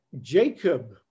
Jacob